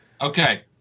Okay